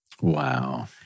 Wow